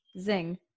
zing